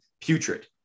putrid